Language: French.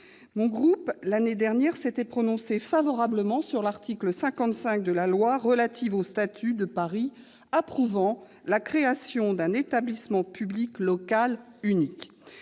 Mon groupe, l'année dernière, s'était prononcé favorablement sur l'article 55 de la loi relative au statut de Paris et à l'aménagement métropolitain approuvant la création d'un établissement public local unique.